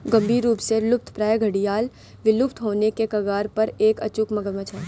गंभीर रूप से लुप्तप्राय घड़ियाल विलुप्त होने के कगार पर एक अचूक मगरमच्छ है